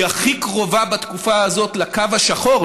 היא הכי קרובה בתקופה הזאת לקו השחור,